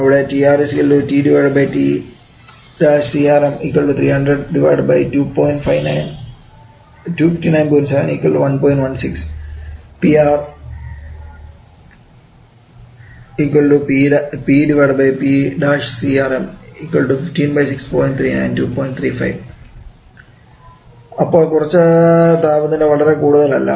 അവിടെ അപ്പോൾ കുറച്ച താപനില വളരെ കൂടുതൽ അല്ല